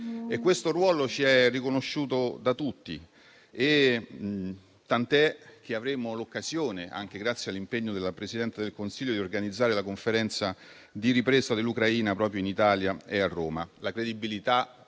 Questo ruolo ci è riconosciuto da tutti, tant'è che avremo l'occasione, anche grazie all'impegno della Presidente del Consiglio, di organizzare la conferenza sulla ripresa dell'Ucraina proprio in Italia, a Roma.